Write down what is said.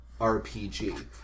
RPG